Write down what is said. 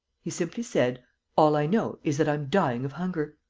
he simply said all i know is that i'm dying of hunger.